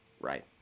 Right